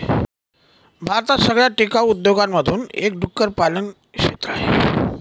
भारतात सगळ्यात टिकाऊ उद्योगांमधून एक डुक्कर पालन क्षेत्र आहे